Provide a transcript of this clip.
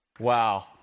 Wow